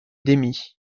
démis